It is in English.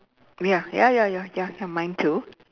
ya ya ya ya ya mine too